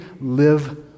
live